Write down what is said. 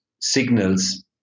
signals